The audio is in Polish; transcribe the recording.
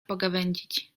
pogawędzić